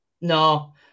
No